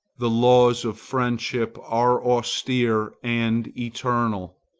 the laws of friendship are austere and eternal,